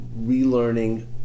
relearning